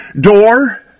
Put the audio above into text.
door